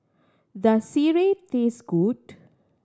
does sireh taste good